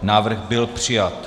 Návrh byl přijat.